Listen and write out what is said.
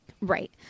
right